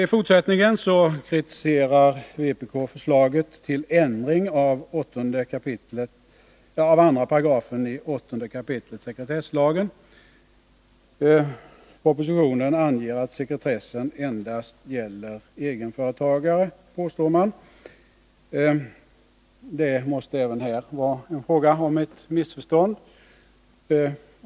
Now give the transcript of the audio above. I fortsättningen kritiserar vpk förslaget till ändring av 8 kap. 2 § sekretesslagen. Propositionen anger att sekretessen endast gäller egenföretagare, påstår motionärerna. Det måste även här vara fråga om ett missförstånd.